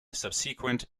subsequent